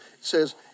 says